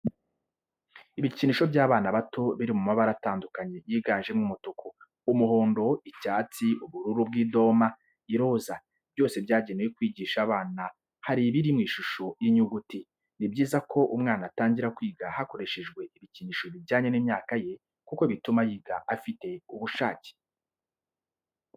Ibikinisho by'abana bato biri mu mabara atandukanye yiganjemo umutuku, umuhondo, icyatsi, ubururu bw'idoma, iroza, byose byagenewe kwigisha abana hari ibiri mu ishisho y'inyuguti. Ni byiza ko umwana atangira kwiga hakoreshejwe ibikinisho bijyanye n'imyaka ye kuko bituma yiga afite ubushake.